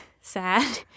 sad